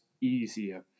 easier